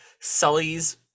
Sully's